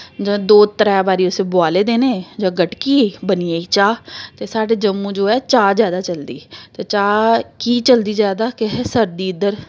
जेल्लै दो त्रै बारी उस्सी बुआले देने जदूं गड़की गेई बनी गेई चाह् ते साढ़े जम्मू जो ऐ चाह् जैदा चलदी ते चाह् की चलदी जैदा कि अहें सर्दी इद्धर